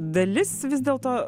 dalis vis dėlto